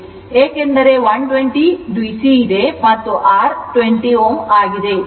ಏಕೆಂದರೆ 124 ಡಿಸಿ ಇದೆ ಮತ್ತು R 20Ω ಆಗಿದೆ